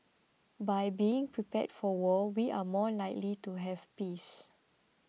by being prepared for war we are more likely to have peace